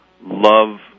love